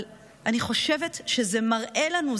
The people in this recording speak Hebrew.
אבל אני חושבת שזה מראה לנו,